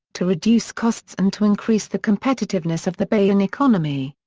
to reduce costs and to increase the competitiveness of the bahian economy.